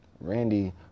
Randy